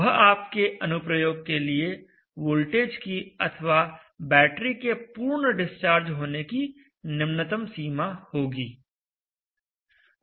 वह आपके अनुप्रयोग के लिए वोल्टेज की अथवा बैटरी के पूर्ण डिस्चार्ज होने की निम्नतम सीमा होगी